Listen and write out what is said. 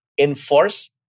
enforce